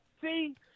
See